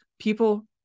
people